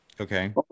Okay